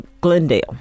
Glendale